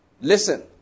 Listen